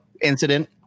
incident